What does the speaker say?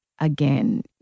again